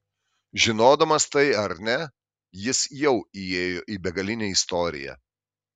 žinodamas tai ar ne jis jau įėjo į begalinę istoriją